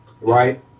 right